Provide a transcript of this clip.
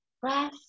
breath